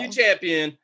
champion